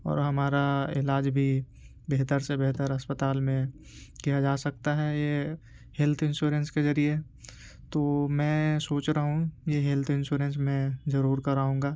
اور ہمارا علاج بھی بہتر سے بہتر اسپتال میں کیا جا سکتا ہے یہ ہیلتھ انسوریسن کے ذریعے تو میں سوچ رہا ہوں یہ ہیلتھ انشورینس میں ضرور کراؤں گا